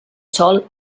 sol